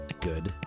good